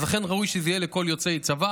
אכן ראוי שזה יהיה לכל יוצא צבא.